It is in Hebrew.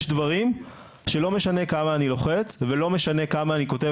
יש דברים שלא משנה כמה אני לוחץ ולא משנה כמה אני כותב